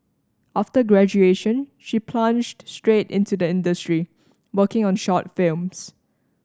after graduation she plunged straight into the industry working on short films